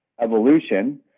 evolution